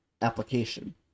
application